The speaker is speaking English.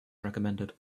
recommended